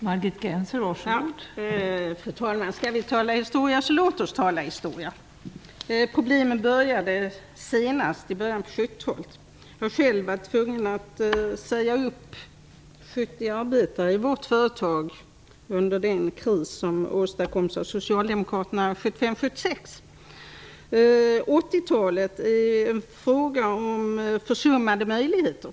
Fru talman! Skall vi tala historia, så låt oss då göra det! Problemen började senast i början av 70-talet. Jag var själv tvungen att säga upp 70 arbetare i vårt företag under den kris som åstadkoms av Socialdemokraterna 1975-1976. På 80-talet var det fråga om försummade möjligheter.